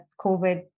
COVID